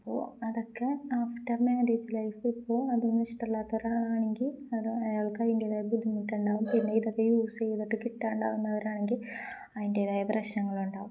അപ്പോ അതൊക്കെ after marriage life ഇപ്പോ അതൊന്നും ഇഷ്ടല്ലാത്ത ഒരാാണെങ്കി അത് അയാൾക്ക് അയിൻ്റേതായ ബുദ്ധിമുട്ടുണ്ടാവും പിന്നെ ഇതൊക്കെ യൂസ് ചെയ്തിട്ട് കിട്ടാണ്ടാവുന്നവരാണെങ്കി അയിൻറേതായ പ്രശ്നങ്ങളുണ്ടാാവും